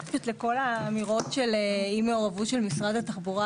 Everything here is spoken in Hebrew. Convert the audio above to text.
בתגובה לכל האמירות של אי-מעורבות של משרד התחבורה,